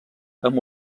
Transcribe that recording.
amb